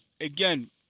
again